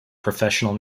professional